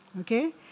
Okay